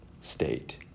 state